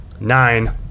nine